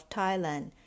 Thailand